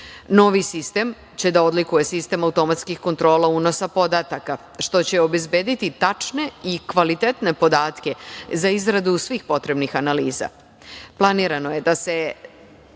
Novi sistem će da odlikuje sistem automatskih kontrola unosa podataka što će obezbediti tačne i kvalitetne podatke za izradu svih potrebnih